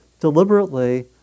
deliberately